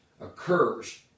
occurs